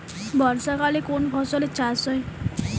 বর্ষাকালে কোন ফসলের চাষ হয়?